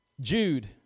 Jude